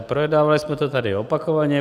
Projednávali jsme to tady opakovaně.